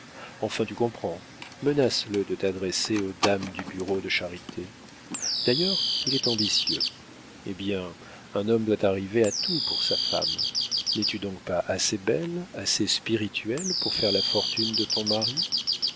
enfin tu comprends menace le de t'adresser aux dames du bureau de charité d'ailleurs il est ambitieux eh bien un homme doit arriver à tout par sa femme n'es-tu donc pas assez belle assez spirituelle pour faire la fortune de ton mari